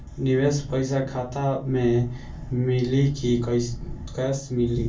निवेश पइसा खाता में मिली कि कैश मिली?